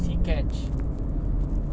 data on complaints